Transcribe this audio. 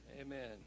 Amen